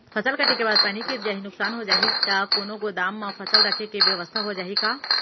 फसल कटे के बाद पानी गिर जाही, नुकसान हो जाही त कोनो गोदाम म फसल रखे के बेवस्था हो जाही का?